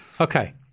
okay